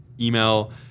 email